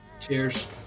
cheers